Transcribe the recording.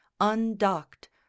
undocked